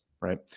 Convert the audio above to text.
right